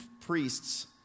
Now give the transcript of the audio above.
priests